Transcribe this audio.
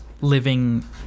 living